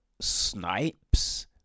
Snipes